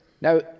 Now